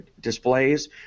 displays